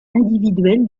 individuels